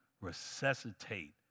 resuscitate